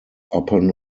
upon